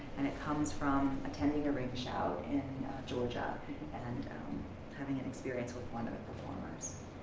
and it comes from attending a ring shout in georgia and having an experience with one of the performers.